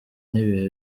n’ibihe